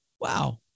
wow